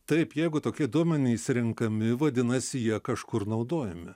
taip jeigu tokie duomenys renkami vadinasi jie kažkur naudojami